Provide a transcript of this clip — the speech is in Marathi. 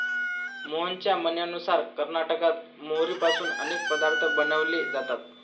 मोहनच्या म्हणण्यानुसार कर्नाटकात मोहरीपासून अनेक पदार्थ बनवले जातात